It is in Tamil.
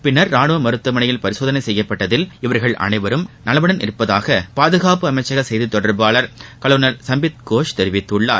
பின்னர் ரானுவ மருத்துமனையில் பரிசோதனை செய்யப்பட்டதில் இவர்கள் அனைவரும் நலமுடன் இருப்பதாக பாதுகாப்பு அமைச்சக செய்தி தொடர்பாளர் கலோனல் சம்பித் கோஷ் தெரிவித்துள்ளார்